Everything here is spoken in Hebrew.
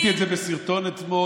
עשיתי את זה בסרטון אתמול,